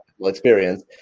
experience